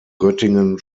göttingen